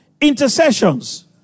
Intercessions